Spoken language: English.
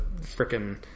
freaking